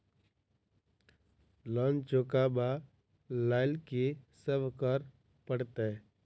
Loan चुका ब लैल की सब करऽ पड़तै?